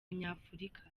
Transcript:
nyafurika